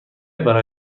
برای